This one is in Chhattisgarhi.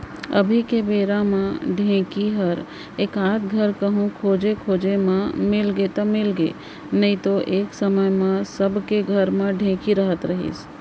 अभी के बेरा म ढेंकी हर एकाध धर कहूँ खोजे खाजे म मिलगे त मिलगे नइतो एक समे म सबे के घर म ढेंकी रहत रहिस